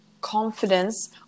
confidence